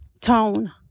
tone